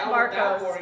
Marcos